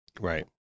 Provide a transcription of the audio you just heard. Right